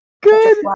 Good